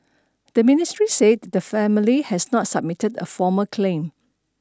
the ministry said the family has not submitted a formal claim